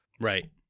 Right